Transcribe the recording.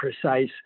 precise